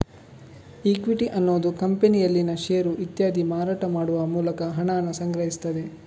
equity ಅನ್ನುದು ಕಂಪನಿಯಲ್ಲಿನ share ಇತ್ಯಾದಿ ಮಾರಾಟ ಮಾಡುವ ಮೂಲಕ ಹಣಾನ ಸಂಗ್ರಹಿಸ್ತದೆ